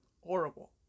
horrible